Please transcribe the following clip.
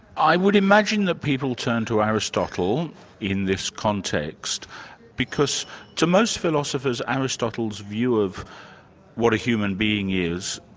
i would imagine that people turn to aristotle in this context because to most philosophers aristotle's view of what a human being is,